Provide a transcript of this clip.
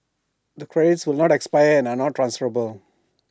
the credits will not expire and are not transferable